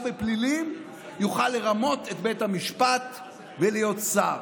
בפלילים יוכל לרמות את בית המשפט ולהיות שר.